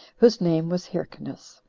whose name was hyrcanus,